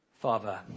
Father